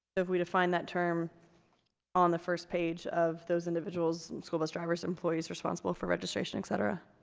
if we define that term on the first page of those individuals school bus drivers, employees responsible for registration, etc